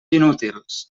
inútils